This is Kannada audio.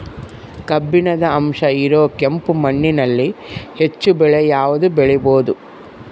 ಕಬ್ಬಿಣದ ಅಂಶ ಇರೋ ಕೆಂಪು ಮಣ್ಣಿನಲ್ಲಿ ಹೆಚ್ಚು ಬೆಳೆ ಯಾವುದು ಬೆಳಿಬೋದು?